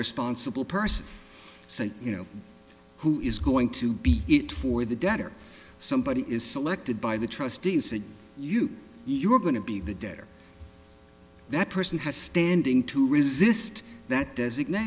responsible person so you know who is going to be it for the debtor somebody is selected by the trustees and you you're going to be the debtor that person has standing to resist that designat